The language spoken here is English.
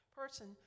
person